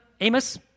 amos